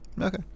Okay